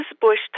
Bush